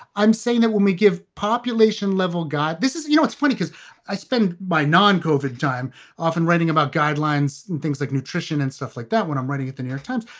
i'm saying that when we give population level, god, this is you know, it's funny because i spend my non-covered time often writing about guidelines and things like nutrition and stuff like that when i'm ready at the new york times.